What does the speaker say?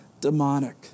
demonic